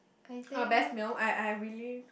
uh best meal I I really